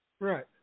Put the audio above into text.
Right